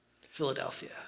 Philadelphia